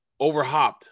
overhopped